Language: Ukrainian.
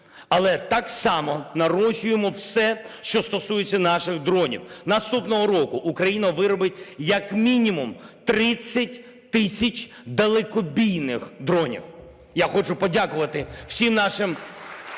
Але так само нарощуємо все, що стосується наших дронів. Наступного року Україна виробить як мінімум 30 тисяч далекобійних дронів. Я хочу подякувати всім нашим